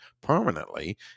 permanently